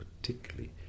particularly